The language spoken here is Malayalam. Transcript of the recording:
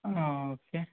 ആ ഓക്കെ